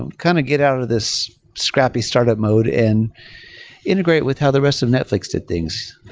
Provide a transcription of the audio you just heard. and kind of get out of this scrappy startup mode and integrate with how the rest of netflix did things.